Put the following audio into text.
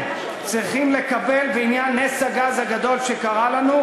צריכים לקבל בעניין נס הגז הגדול שקרה לנו,